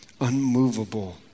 unmovable